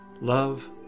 Love